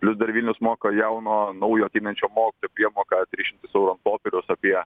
plius dar vilnius moka jauno naujo ateinančio mokytojo priemoką tris šimtus eurų ant popieriaus apie